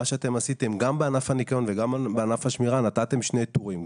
מה שאתם עשיתם גם בענף הניקיון וגם בענף השמירה נתתם שני טורים,